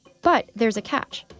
but, there's a catch.